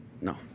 No